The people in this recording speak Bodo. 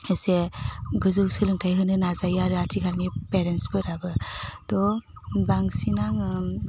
एसे गोजौ सोलोंथाइ होनो नाजायो आरो आथिखालनि पेरेन्ट्सफोराबो थह बांसिन आङो